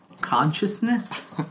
consciousness